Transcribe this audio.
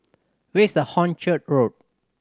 where is Hornchurch Road